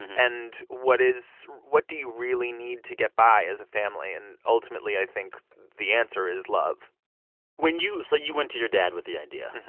and what is what do you really need to get by as a family? and ultimately, i think the answer is love when you so you went to your dad with the idea.